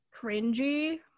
cringy